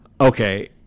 Okay